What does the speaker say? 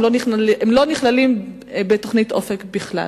הם לא נכללים בתוכנית "אופק" בכלל.